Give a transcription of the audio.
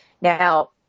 Now